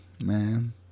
man